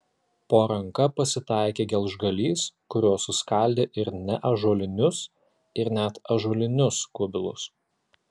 po ranka pasitaikė gelžgalys kuriuo suskaldė ir neąžuolinius ir net ąžuolinius kubilus